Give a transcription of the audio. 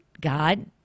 God